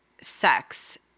sex